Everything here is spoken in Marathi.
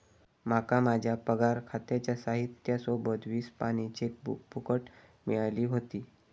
माका माझ्या पगार खात्याच्या साहित्या सोबत वीस पानी चेकबुक फुकट मिळाली व्हती